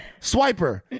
Swiper